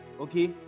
okay